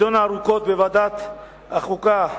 נדונה ארוכות בוועדת החוקה,